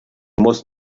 muss